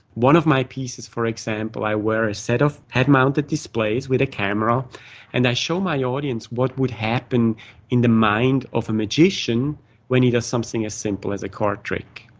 one of my pieces, for example, i wear a set of head-mounted displays with a camera and i show my audience what would happen in the mind of a magician when he does something as simple as a card trick.